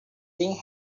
thing